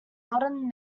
modern